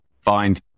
find